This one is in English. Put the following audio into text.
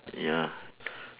ya